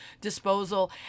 disposal